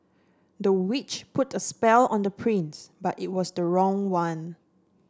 the witch put a spell on the prince but it was the wrong one